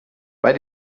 bei